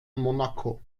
monaco